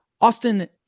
Austin